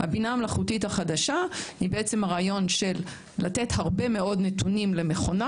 הבינה המלאכותית החדשה היא הרעיון של לתת הרבה מאוד נתונים למכונה